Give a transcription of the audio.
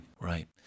Right